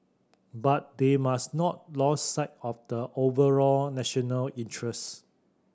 but they must not lose sight of the overall national interest